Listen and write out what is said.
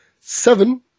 seven